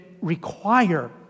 require